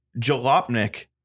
Jalopnik